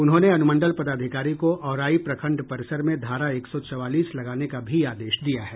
उन्होंने अनुमंडल पदाधिकारी को औराई प्रखंड परिसर में धारा एक सौ चौवालीस लगाने का भी आदेश दिया है